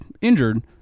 injured